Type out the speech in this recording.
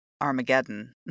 Armageddon